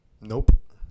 Nope